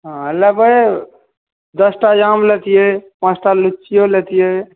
हँ लेबै दश टा आम लेतियै पाँच टा लीचीयो लेतियै